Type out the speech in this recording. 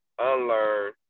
unlearn